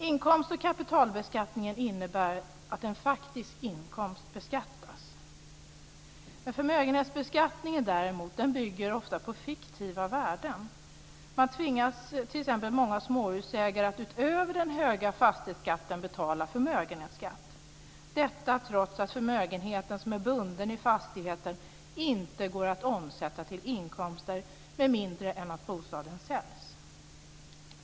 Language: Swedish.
Inkomst och kapitalinkomstbeskattning innebär att en faktiskt inkomst beskattas. Men förmögenhetsbeskattningen bygger däremot ofta på fiktiva värden. Många småhusägare tvingas t.ex. att utöver den höga fastighetsskatten betala förmögenhetsskatt. Detta trots att förmögenheten, som är bunden i fastigheten, inte går att omsätta till inkomster med mindre än att bostaden säljs.